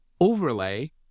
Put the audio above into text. overlay